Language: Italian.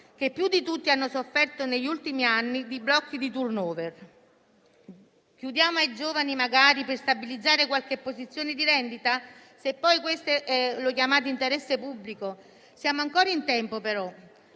che più di tutti hanno sofferto negli ultimi anni per i blocchi del *turnover*. Chiudiamo ai giovani, magari per stabilizzare qualche posizione di rendita? E questo voi lo chiamate interesse pubblico? Siamo ancora in tempo, però,